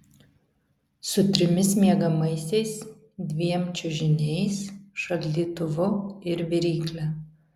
su trimis miegamaisiais dviem čiužiniais šaldytuvu ir virykle